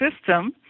system